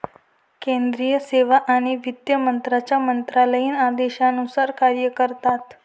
केंद्रीय सेवा आणि वित्त मंत्र्यांच्या मंत्रालयीन आदेशानुसार कार्य करतात